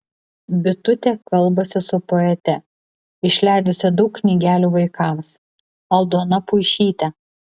bitutė kalbasi su poete išleidusia daug knygelių vaikams aldona puišyte